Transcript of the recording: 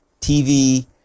TV